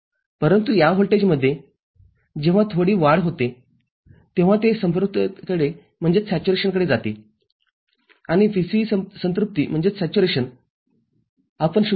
परंतु या व्होल्टेजमध्ये जेव्हा थोडी वाढ होते जेव्हा ते संपृक्ततेकडे जाते आणि VCE संतृप्तिआपण ०